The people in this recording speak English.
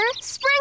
Spring